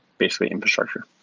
basically, infrastructure.